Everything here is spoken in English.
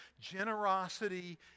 Generosity